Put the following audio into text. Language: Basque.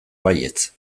baietz